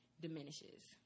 diminishes